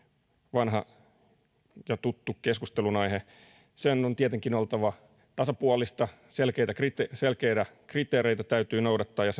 vanha ja tuttu keskustelunaihe sen on tietenkin oltava tasapuolista selkeitä kriteereitä selkeitä kriteereitä täytyy noudattaa ja